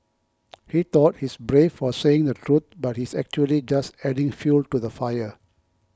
he thought he's brave for saying the truth but he's actually just adding fuel to the fire